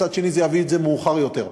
מצד שני, זה יביא את זה מאוחר יותר.